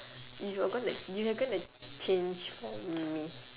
you are gonna you are gonna change for me